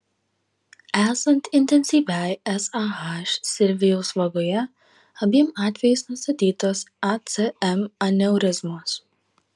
esant intensyviai sah silvijaus vagoje abiem atvejais nustatytos acm aneurizmos